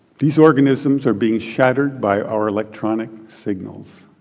these organisms are being shattered by our electronic signals.